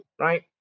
right